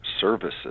services